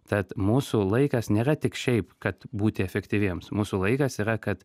tad mūsų laikas nėra tik šiaip kad būti efektyviems mūsų laikas yra kad